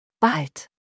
Bald